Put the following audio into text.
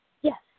Yes